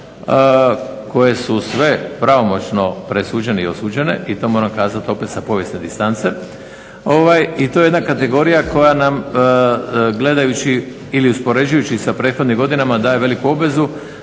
koje su sve pravomoćno presuđene i osuđene i to moram kazat opet sa povijesne distance. I to je jedna kategorija koja nam gledajući ili uspoređujući sa prethodnim godinama daje veliku obvezu